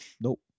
Nope